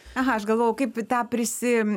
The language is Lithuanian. aha aš galvojau kaip tą prisi